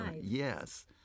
Yes